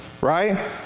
right